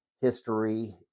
history